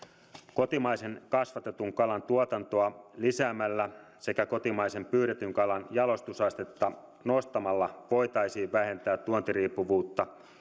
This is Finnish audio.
kotimaisen kasvatetun kalan tuotantoa lisäämällä sekä kotimaisen pyydetyn kalan jalostusastetta nostamalla voitaisiin vähentää tuontiriippuvuutta